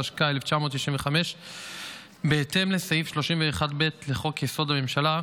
התשכ"ה 1965. בהתאם לסעיף 31(ב) לחוק יסוד: הממשלה,